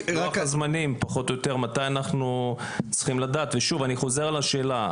אני חוזר על השאלה,